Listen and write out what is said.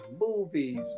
movies